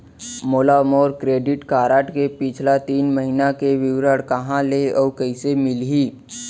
मोला मोर credit card के पिछला तीन महीना के विवरण कहाँ ले अऊ कइसे मिलही?